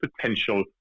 potential